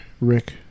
Rick